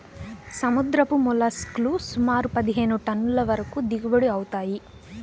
సముద్రపు మోల్లస్క్ లు సుమారు పదిహేను టన్నుల వరకు దిగుబడి అవుతాయి